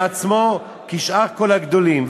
בעצמו, כשאר כל הגדולים.